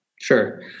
Sure